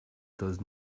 does